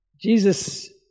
Jesus